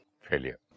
Failure